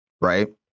Right